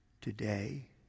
Today